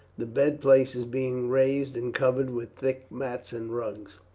the bed places being raised and covered with thick mats and rugs.